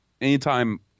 Anytime